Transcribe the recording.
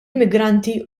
immigranti